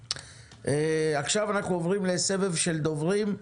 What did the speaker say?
עכשיו אנחנו עוברים לסבב של דוברים.